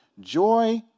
Joy